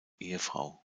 ehefrau